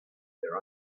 their